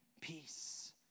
peace